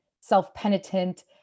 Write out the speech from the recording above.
self-penitent